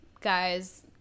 guys